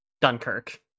Dunkirk